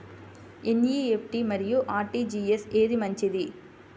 NEFT మరియు RTGS ఏది మంచిది?